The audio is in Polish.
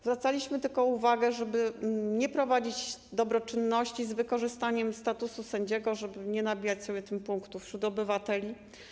Zwracaliśmy tylko uwagę, żeby nie zajmować się dobroczynnością z wykorzystaniem statusu sędziego, żeby nie nabijać sobie tym punktów wśród obywateli.